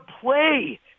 play